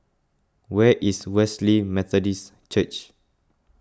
where is Wesley Methodist Church